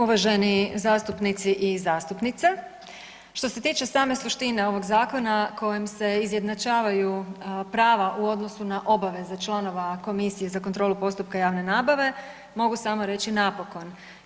Uvaženi zastupnici i zastupnice, što se tiče same suštine ovog zakona kojim se izjednačavaju prava u odnosu na obaveze članova komisije za kontrolu postupka javne nabave, mogu samo reći napokon.